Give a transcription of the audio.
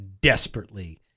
desperately